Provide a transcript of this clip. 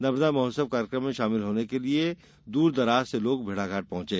नर्मदा महोत्सव कार्यक्रम में शामिल होने के लिए दूर दूर से लोग भेड़ाघाट पहुंचे